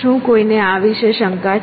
શું કોઈને આ વિશે શંકા છે